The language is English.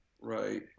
Right